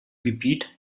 gebiet